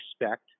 expect